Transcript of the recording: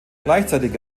gleichzeitig